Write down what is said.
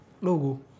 logo